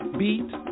beat